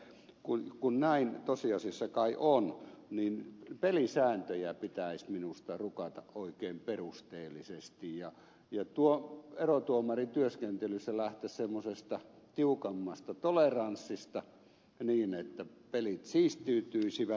minä olen sitä mieltä että kun näin tosiasiassa kai on niin pelisääntöjä pitäisi minusta rukata oikein perusteellisesti ja erotuomarityöskentelyssä lähteä semmoisesta tiukemmasta toleranssista niin että pelit siistiytyisivät